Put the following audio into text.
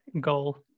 goal